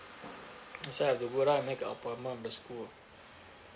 so I have to go down and make a appointment with the school ah